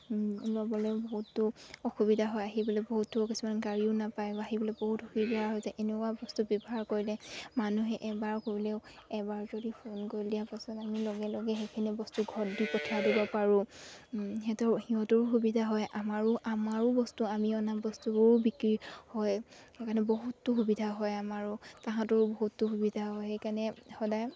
ল'বলৈও বহুতো অসুবিধা হয় আহিবলৈ বহুতো কিছুমান গাড়ীও নাপায় বা আহিবলৈ বহুত সুবিধা হৈ যায় এনেকুৱা বস্তু ব্যৱহাৰ কৰিলে মানুহে এবাৰ কৰিলেও এবাৰ যদি ফোন কৰি দিয়া পাছত আমি লগে লগে সেইখিনি বস্তু ঘৰত দি পঠিয়াই দিব পাৰোঁ সিহঁতৰ সিহঁতৰো সুবিধা হয় আমাৰো আমাৰো বস্তু আমি অনা বস্তুবোৰো বিক্ৰী হয় সেইকাৰণে বহুতো সুবিধা হয় আমাৰো তাহাঁতৰো বহুতো সুবিধা হয় সেইকাৰণে সদায়